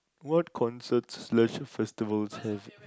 what concerts leisure festivals have